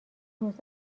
روز